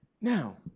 Now